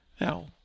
Now